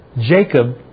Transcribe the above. Jacob